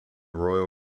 royal